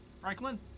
Franklin